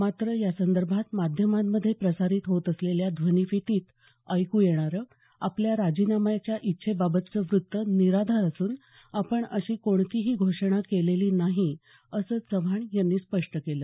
मात्र या संदर्भात माध्यमांमध्ये प्रसारीत होत असलेल्या ध्वनीफितीत ऐकू येणारं आपल्या राजीनाम्याच्या इच्छेबाबतचं वृत्त निराधार असून आपण अशी कोणतीही घोषणा केलेली नाही असं चव्हाण यांनी स्पष्ट केलं